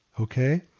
Okay